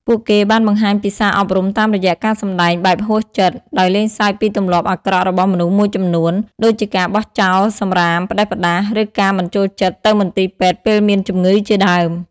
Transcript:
ពួកគេបានបង្ហាញពីសារអប់រំតាមរយៈការសម្ដែងបែបហួសចិត្ត ដោយលេងសើចពីទម្លាប់អាក្រក់របស់មនុស្សមួយចំនួន ដូចជាការបោះសំរាមផ្ដេសផ្ដាស ឬការមិនចូលចិត្តទៅមន្ទីរពេទ្យពេលមានជំងឺជាដើម។